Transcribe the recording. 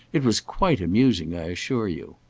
it was quite amusing, i assure you.